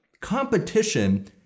Competition